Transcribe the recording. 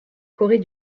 corée